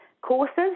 courses